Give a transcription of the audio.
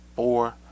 Four